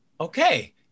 okay